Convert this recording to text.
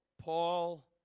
Paul